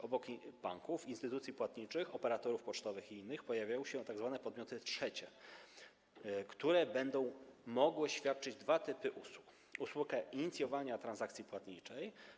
Obok banków, instytucji płatniczych, operatorów pocztowych i innych pojawiają się tzw. podmioty trzecie, które będą mogły świadczyć dwa typy usług: usługę inicjowania transakcji płatniczej.